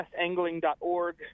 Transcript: usangling.org